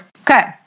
okay